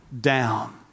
down